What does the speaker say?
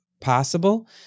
possible